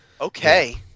Okay